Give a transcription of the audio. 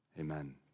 Amen